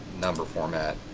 number format,